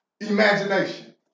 Imagination